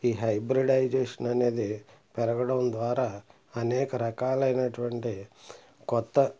ఈ హైబ్రిడైజేషన్ అనేది పెరగడం ద్వారా అనేక రకాలైనటువంటి క్రొత్త